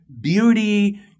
beauty